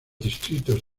distritos